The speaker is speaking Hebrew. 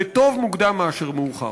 וטוב מוקדם מאשר מאוחר.